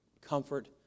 comfort